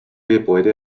gebäude